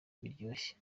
biryoshye